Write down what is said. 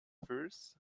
first